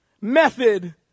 method